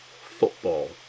football